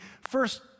first